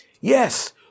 Yes